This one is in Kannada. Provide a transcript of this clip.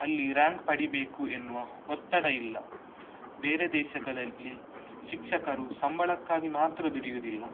ಅಲ್ಲಿ ರ್ಯಾಂಕ್ ಪಡೀಬೇಕು ಎನ್ನುವ ಒತ್ತಡ ಇಲ್ಲ ಬೇರೆ ದೇಶಗಳಲ್ಲಿ ಶಿಕ್ಷಕರು ಸಂಬಳಕ್ಕಾಗಿ ಮಾತ್ರ ದುಡಿಯುವುದಿಲ್ಲ